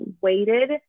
weighted